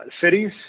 cities